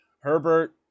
Herbert